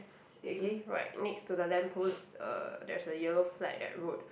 okay right next to the lamppost uh there's a yellow flag that road